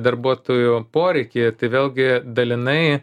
darbuotojų poreikį tai vėlgi dalinai